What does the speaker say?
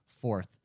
fourth